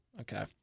Okay